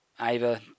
Ava